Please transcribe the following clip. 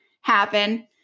happen